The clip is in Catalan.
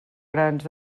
grans